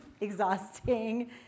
exhausting